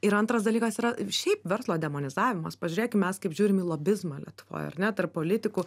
ir antras dalykas yra šiaip verslo demonizavimas pažiūrėkim mes kaip žiūrime į lobizmą lietuvoj ar ne tarp politikų